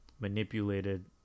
manipulated